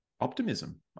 optimism